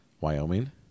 wyoming